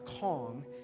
Kong